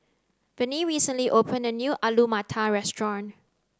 Venie recently opened a new Alu Matar restaurant